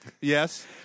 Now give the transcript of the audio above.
Yes